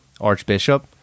archbishop